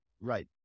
Right